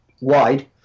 wide